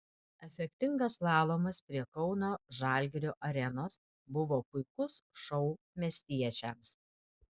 efektingas slalomas prie kauno žalgirio arenos buvo puikus šou miestiečiams